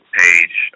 page